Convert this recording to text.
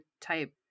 type